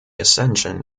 ascension